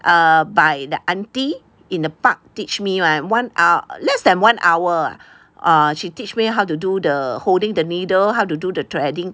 err by the auntie in the park teach me [one] one ah less than one hour ah err she teach me how to do the holding the needle how to do the threading